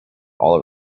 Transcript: all